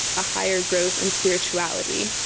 a higher growth in spirituality.